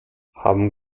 haben